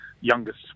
youngest